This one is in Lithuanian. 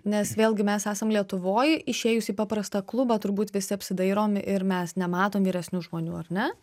nes vėlgi mes esam lietuvoj išėjus į paprastą klubą turbūt visi apsidairom ir mes nematom vyresnių žmonių ar ne